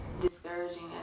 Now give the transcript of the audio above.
discouraging